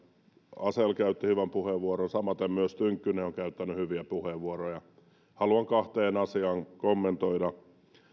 asell käytti hyvän puheenvuoron samaten myös tynkkynen on käyttänyt hyviä puheenvuoroja haluan kahta asiaa kommentoida